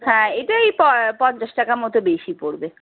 হ্যাঁ এটা এই পঞ্চাশ টাকার মতো বেশি পড়বে